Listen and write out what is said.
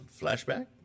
flashback